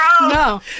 No